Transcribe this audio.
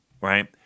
right